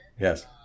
Yes